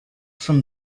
from